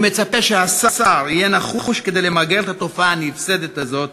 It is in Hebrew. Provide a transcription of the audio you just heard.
ומצפה שהשר יהיה נחוש למגר את התופעה הנפסדת הזאת,